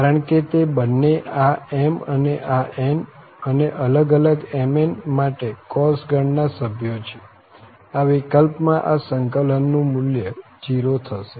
કારણ કે તે બન્ને આ m અને આ n અને અલગ અલગ m n માટે cos ગણ ના સભ્યો છે આ વિકલ્પમાં આ સંકલનનું મુલ્ય 0 થશે